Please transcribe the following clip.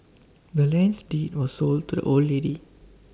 the land's deed was sold to the old lady